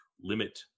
limit